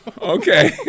Okay